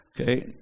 okay